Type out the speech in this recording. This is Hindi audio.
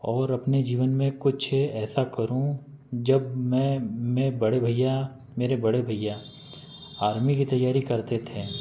और अपने जीवन में कुछ ऐसा करूँ जब मैं मैं बड़े भैया मेरे बड़े भैया आर्मी की तैयारी करते थे